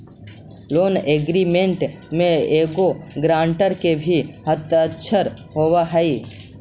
loan agreement में एगो guarantor के भी हस्ताक्षर होवऽ हई